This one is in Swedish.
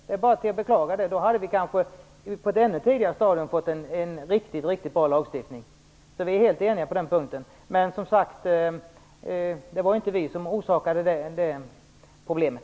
Om så varit fallet, hade vi kanske på ett ännu tidigare stadium fått en riktigt bra lagstiftning. Vi är alltså helt eniga på den punkten. Men det var, som sagt, inte vi som orsakade det här problemet.